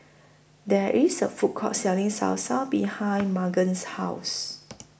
There IS A Food Court Selling Salsa behind Magen's House